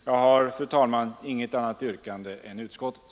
Jag har, fru talman, inget annat yrkande än utskottets.